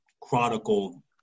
chronicle